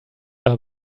are